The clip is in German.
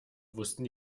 wussten